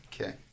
Okay